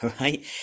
right